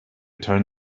turn